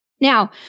Now